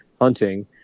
hunting